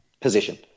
position